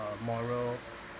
moral